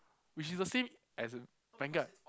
which is the same as Vanguard